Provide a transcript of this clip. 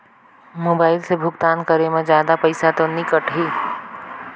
Mobile से भुगतान करे मे जादा पईसा तो नि कटही?